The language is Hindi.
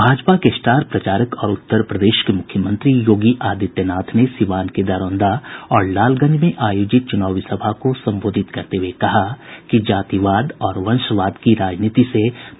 भाजपा के स्टार प्रचारक और उत्तरप्रदेश के मुख्यमंत्री योगी आदित्यनाथ ने सीवान के दरौंदा और लालगंज में आयोजित चुनावी सभा को संबोधित करते हुए कहा कि जातिवाद और वंशवाद की राजनीति से बिहार का विकास नहीं हो सकता है